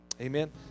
Amen